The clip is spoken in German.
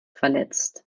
verletzt